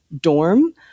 dorm